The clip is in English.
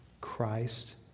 Christ